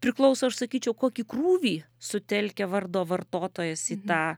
priklauso aš sakyčiau kokį krūvį sutelkia vardo vartotojas į tą